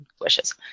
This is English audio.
wishes